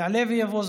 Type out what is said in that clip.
יעלה ויבוא,